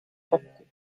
kokku